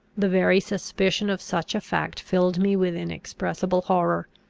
the very suspicion of such a fact filled me with inexpressible horror,